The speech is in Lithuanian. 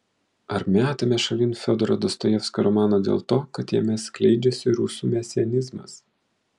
ar metame šalin fiodoro dostojevskio romaną dėl to kad jame skleidžiasi rusų mesianizmas